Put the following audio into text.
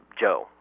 Joe